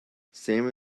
salmon